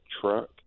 truck